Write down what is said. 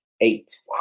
Eight